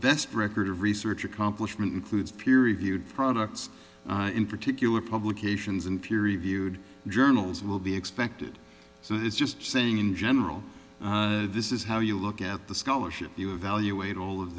best record of research accomplishment includes peer reviewed products in particular publications in peer reviewed journals will be expected so it's just saying in general this is how you look at the scholarship you evaluate all of